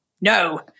no